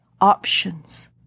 options